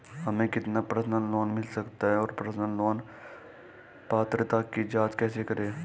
हमें कितना personal loan मिल सकता है और पर्सनल लोन पात्रता की जांच कैसे करें?